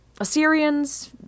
Assyrians